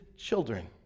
children